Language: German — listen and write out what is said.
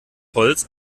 holz